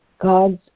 God's